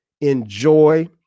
enjoy